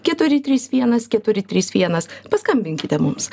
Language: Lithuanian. keturi trys vienas keturi trys vienas paskambinkite mums